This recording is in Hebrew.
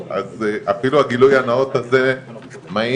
אפילו הגילוי הנאות הזה מעיד,